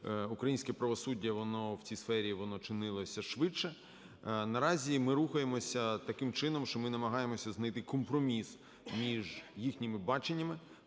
українське правосуддя, воно в цій сфері воно чинилося швидше. Наразі ми рухаємося таким чином, що ми намагаємося знайти компроміс між їхніми баченнями.